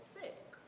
sick